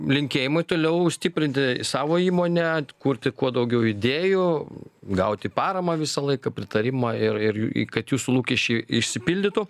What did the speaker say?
linkėjimai toliau stiprinti savo įmonę kurti kuo daugiau idėjų gauti paramą visą laiką pritarimą ir ir jū kad jūsų lūkesčiai išsipildytų